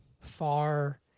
far